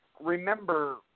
remember